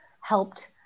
helped